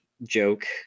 joke